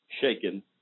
shaken